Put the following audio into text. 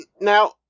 Now